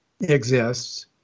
exists